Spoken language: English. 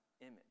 image